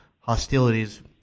hostilities